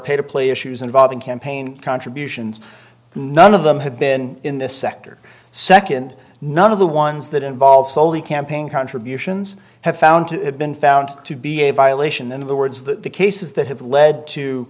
pay to play issues involving campaign contributions none of them have been in this sector second none of the ones that involve slowly campaign contributions have found to have been found to be a violation of the words that the cases that have led to